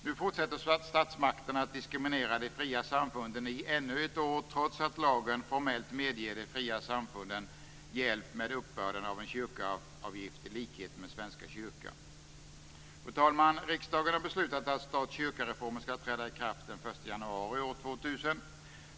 Nu fortsätter statsmakterna att diskriminera de fria samfunden i ännu ett år, trots att lagen formellt medger de fria samfunden hjälp med uppbörden av en kyrkoavgift i likhet med Svenska kyrkan. Fru talman! Riksdagen har beslutat att stat-kyrkareformen ska träda i kraft den 1 januari år 2000.